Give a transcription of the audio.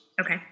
Okay